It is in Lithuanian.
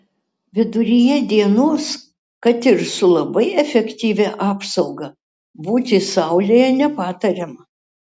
viduryje dienos kad ir su labai efektyvia apsauga būti saulėje nepatariama